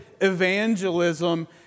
evangelism